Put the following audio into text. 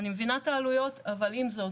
אני מבינה את העלויות, אבל עם זאת